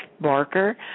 Barker